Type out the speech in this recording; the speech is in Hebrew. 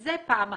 זה פעם אחת.